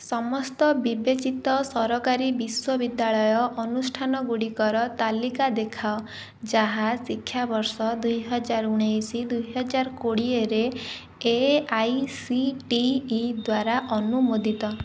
ସମସ୍ତ ବିବେଚିତ ସରକାରୀ ବିଶ୍ୱବିଦ୍ୟାଳୟ ଅନୁଷ୍ଠାନ ଗୁଡ଼ିକର ତାଲିକା ଦେଖାଅ ଯାହା ଶିକ୍ଷାବର୍ଷ ଦୁଇ ହଜାର ଉଣେଇଶ ଦୁଇ ହଜାର କୋଡ଼ିଏରେ A I C T E ଦ୍ଵାରା ଅନୁମୋଦିତ